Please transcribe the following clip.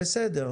בסדר,